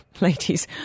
ladies